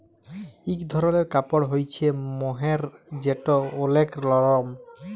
ইক ধরলের কাপড় হ্য়চে মহের যেটা ওলেক লরম